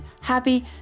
happy